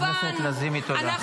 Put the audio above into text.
חברת הכנסת לזימי, תודה.